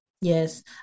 yes